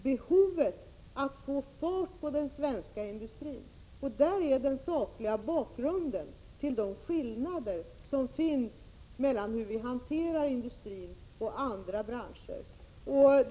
Behovet av att få fart på den svenska industrin är alltså den sakliga bakgrunden till de skillnader som finns när det gäller vår hantering dels av industrin, dels av andra branscher.